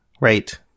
Right